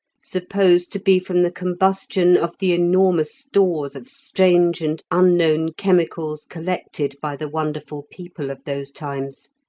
supposed to be from the combustion of the enormous stores of strange and unknown chemicals collected by the wonderful people of those times.